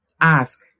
ask